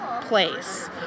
place